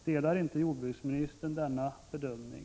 Delar inte jordbruksministern denna bedömning?